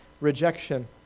rejection